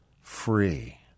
free